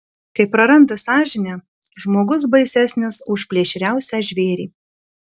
kai praranda sąžinę žmogus baisesnis už plėšriausią žvėrį